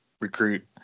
recruit